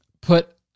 put